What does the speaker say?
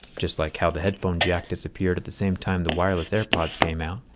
just like how the headphone jack disappeared at the same time the wireless airpods came out.